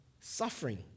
suffering